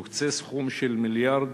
יוקצה סכום של מיליארד